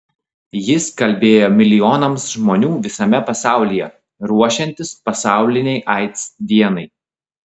jis kalbėjo milijonams žmonių visame pasaulyje ruošiantis pasaulinei aids dienai